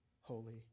holy